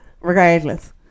regardless